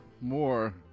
more